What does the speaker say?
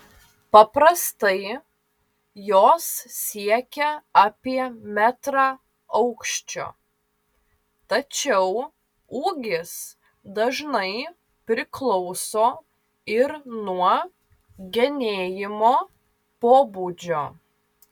paprastai jos siekia apie metrą aukščio tačiau ūgis dažnai priklauso ir nuo genėjimo pobūdžio